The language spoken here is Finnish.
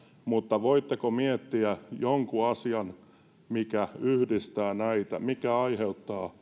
mutta voitteko miettiä jonkun asian mikä yhdistää näitä mikä aiheuttaa